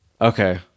Okay